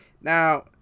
Now